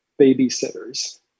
babysitters